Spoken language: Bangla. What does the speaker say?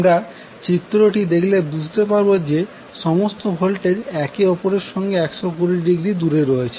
আমরা চিত্রটি দেখলে বুঝতে পারবো যে সমস্ত ভোল্টেজ একে অপরের সঙ্গে 120০ দূরে রয়েছে